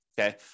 okay